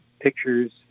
pictures